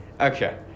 Okay